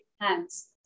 hands